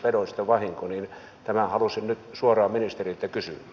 tämän halusin nyt suoraan ministeriltä kysyä